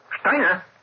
Steiner